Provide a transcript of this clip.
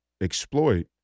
exploit